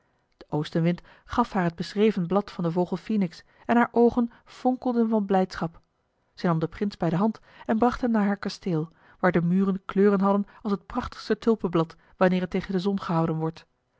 de oostenwind gaf haar het beschreven blad van den vogel phoenix en haar oogen fonkelden van blijdschap zij nam den prins bij de hand en bracht hem naar haar kasteel waar de muren kleuren hadden als het prachtigste tulpeblad wanneer het tegen de zon gehouden wordt